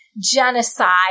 genocide